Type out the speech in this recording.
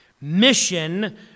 Mission